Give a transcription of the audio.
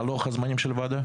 מהו לוח הזמנים של הוועדה?